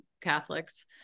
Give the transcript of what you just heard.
Catholics